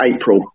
April